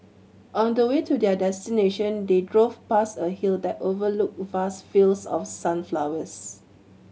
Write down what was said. on the way to their destination they drove past a hill that overlooked vast fields of sunflowers